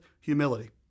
humility